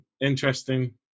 interesting